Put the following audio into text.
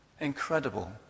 Incredible